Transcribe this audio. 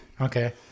okay